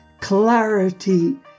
clarity